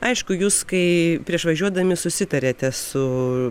aišku jūs kai prieš važiuodami susitarėte su